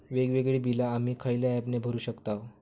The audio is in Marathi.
वेगवेगळी बिला आम्ही खयल्या ऍपने भरू शकताव?